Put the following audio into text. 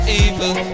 evil